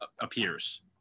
appears